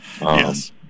Yes